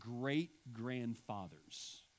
great-grandfathers